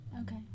Okay